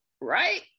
right